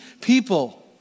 people